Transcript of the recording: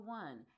one